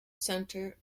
centre